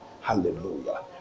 Hallelujah